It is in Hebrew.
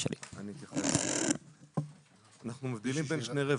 אנחנו מבדילים בין שני רבדים.